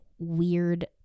weird